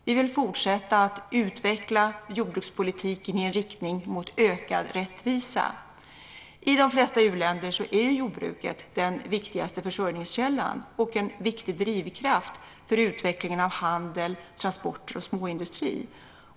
Vi vill fortsätta att utveckla jordbrukspolitiken i riktning mot ökad rättvisa. I de flesta u-länder är jordbruket den viktigaste försörjningskällan och en viktig drivkraft för utveckling av handel, transporter och småindustri.